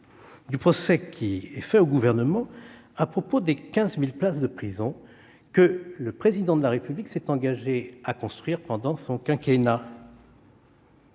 du procès qui est fait au Gouvernement à propos des 15 000 places de prison que le Président de la République s'est engagé à construire pendant son quinquennat.